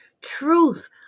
truth